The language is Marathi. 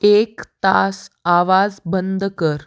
एक तास आवाज बंद कर